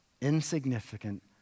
insignificant